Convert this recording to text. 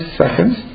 seconds